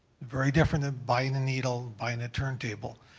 very different than buying a needle, buying a turntable.